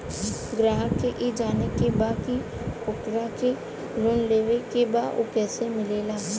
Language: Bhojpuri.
ग्राहक के ई जाने के बा की ओकरा के लोन लेवे के बा ऊ कैसे मिलेला?